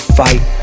fight